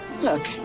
Look